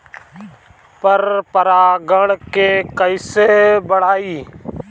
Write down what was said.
पर परा गण के कईसे बढ़ाई?